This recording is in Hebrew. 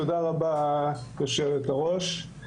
תודה רבה, יושבת הראש.